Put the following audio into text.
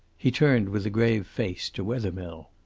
he turned with a grave face to wethermill.